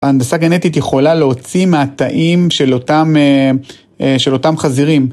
הנדסה גנטית יכולה להוציא מהתאים של אותם, של אותם חזירים